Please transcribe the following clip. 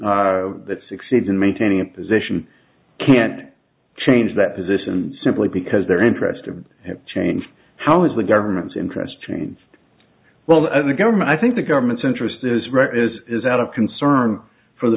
that succeeds in maintaining a position can't change that position simply because they're interested have changed how is the government's interest changed well in the government i think the government's interest is rare is is out of concern for the